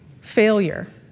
failure